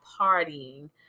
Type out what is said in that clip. partying